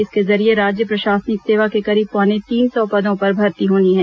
इसके जरिये राज्य प्रशासनिक सेवा के करीब पौने तीन सौ पदों पर भर्ती होनी है